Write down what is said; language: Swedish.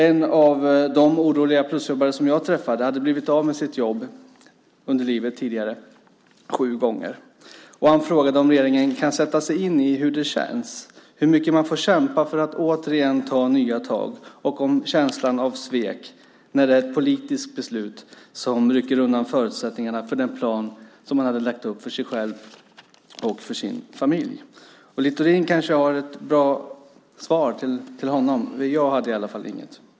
En av de oroliga plusjobbare som jag träffade hade blivit av med sitt jobb sju gånger tidigare i livet, och han frågade om regeringen kan sätta sig in i hur det känns, hur mycket man får kämpa för att återigen ta nya tag och känslan av svek när det är ett politiskt beslut som rycker undan förutsättningarna för den plan som han hade lagt upp för sig själv och för sin familj. Littorin kanske har ett bra svar till honom. Jag hade i alla fall inget.